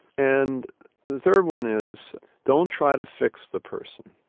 and the third one is don't try to fix the person.